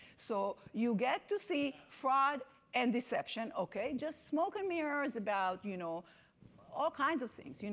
so you get to see fraud and deception, okay, just smoke and mirrors about you know all kinds of things. you know